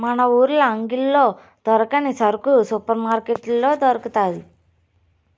మన ఊర్ల అంగిల్లో దొరకని సరుకు సూపర్ మార్కట్లో దొరకతాది